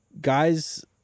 guys